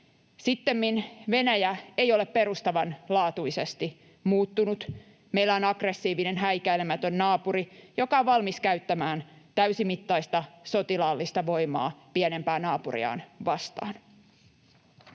Sittemmin Venäjä ei ole perustavanlaatuisesti muuttunut. Meillä on aggressiivinen, häikäilemätön naapuri, joka on valmis käyttämään täysimittaista sotilaallista voimaa pienempää naapuriaan vastaan.